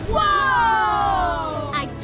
Whoa